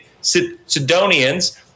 Sidonians